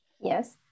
yes